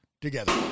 together